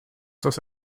das